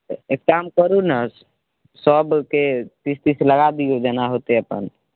तऽ एक काम करू ने सभके तीस तीस लगा दियौ जेना हेतै अपन